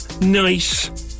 nice